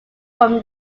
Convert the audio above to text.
from